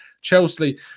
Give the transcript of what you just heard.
Chelsea